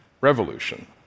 revolution